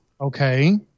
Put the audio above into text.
okay